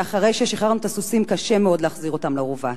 כי אחרי ששחררנו את הסוסים קשה מאוד להחזיר אותם לאורווה.